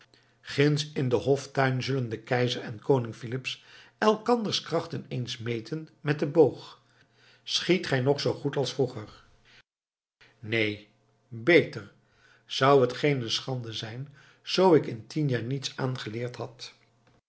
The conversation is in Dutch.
ginds in den hoftuin zullen de keizer en koning filips elkanders krachten eens meten met den boog schiet gij nog zoo goed als vroeger neen beter zou het geene schande zijn zoo ik in tien jaar niets aangeleerd had